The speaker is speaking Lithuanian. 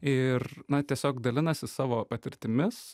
ir na tiesiog dalinasi savo patirtimis